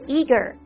Eager